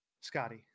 Scotty